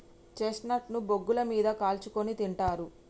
chestnut ను బొగ్గుల మీద కాల్చుకుని తింటారు